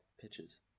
pitches